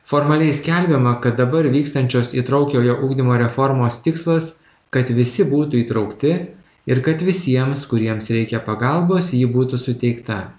formaliai skelbiama kad dabar vykstančios įtraukiojo ugdymo reformos tikslas kad visi būtų įtraukti ir kad visiems kuriems reikia pagalbos ji būtų suteikta